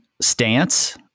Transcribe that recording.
stance